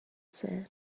said